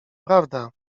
prawda